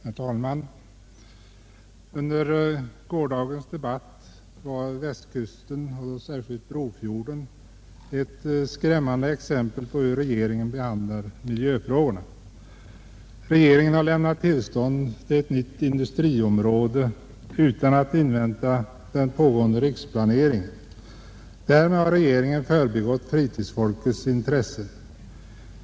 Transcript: Herr talman! Under gårdagens debatt drogs Västkusten och då särskilt Brofjorden upp som skrämmande exempel på hur regeringen behandlar miljövårdsfrågorna. Regeringen har, säger kritikerna, lämnat tillstånd till ett nytt industriområde utan att invänta den pågående riksplaneringen; därmed har regeringen förbigått fritidsfolkets intressen.